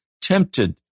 tempted